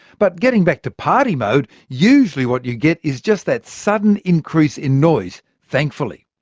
but getting back to party mode, usually what you get is just that sudden increase in noise thankfully!